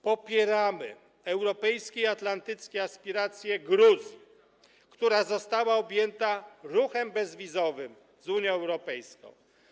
Popieramy europejskie i atlantyckie aspiracje Gruzji, która została objęta ruchem bezwizowym z Unią Europejską.